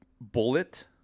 bullet